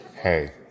Hey